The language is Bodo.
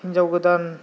हिनजाव गोदान